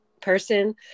person